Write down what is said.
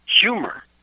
humor